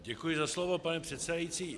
Děkuji za slovo, pane předsedající.